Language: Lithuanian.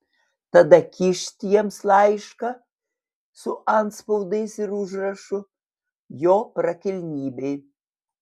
tada kyšt jiems laišką su antspaudais ir užrašu jo prakilnybei